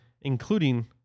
including